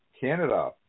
Canada